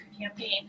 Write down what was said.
campaign